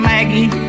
Maggie